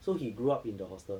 so he grew up in the hostel